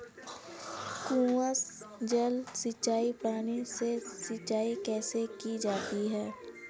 कुआँ जल सिंचाई प्रणाली से सिंचाई कैसे की जाती है?